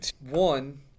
one